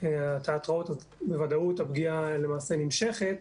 התיאטראות אז בוודאות הפגיעה למעשה נמשכת,